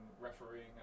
refereeing